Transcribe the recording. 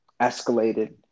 escalated